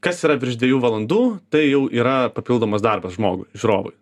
kas yra virš dviejų valandų tai jau yra papildomas darbas žmogui žiūrovui